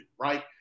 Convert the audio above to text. right